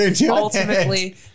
ultimately